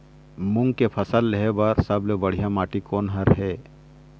मूंग के फसल लेहे बर सबले बढ़िया माटी कोन हर ये?